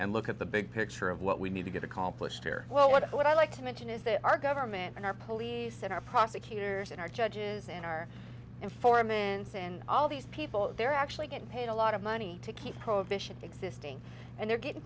and look at the big picture of what we need to get accomplished here what i like to mention is that our government and our police and our prosecutors and our judges and our informants and all these people they're actually get paid a lot of money to keep prohibition existing and they're getting